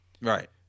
right